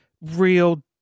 real